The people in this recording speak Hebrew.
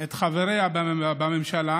את חבריה בממשלה,